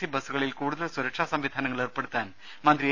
C ബസ്സുകളിൽ കൂടുതൽ സുരക്ഷാ സംവിധാനങ്ങൾ ഏർപ്പെടുത്താൻ മന്ത്രി എ